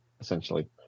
essentially